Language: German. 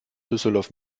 düsseldorf